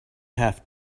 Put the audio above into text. have